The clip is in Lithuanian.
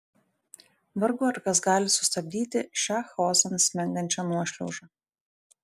vargu ar kas gali sustabdyti šią chaosan smengančią nuošliaužą